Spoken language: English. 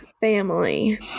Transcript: family